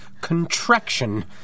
contraction